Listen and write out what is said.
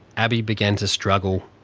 abbey began to struggle.